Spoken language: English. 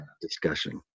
discussion